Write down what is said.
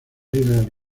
líderes